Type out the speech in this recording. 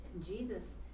Jesus